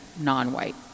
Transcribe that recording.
non-white